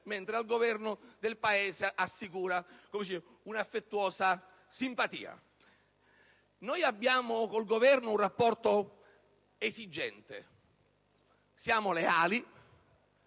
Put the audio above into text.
mentre al Governo del Paese assicura un'affettuosa simpatia. Noi abbiamo con il Governo un rapporto esigente. Siamo leali,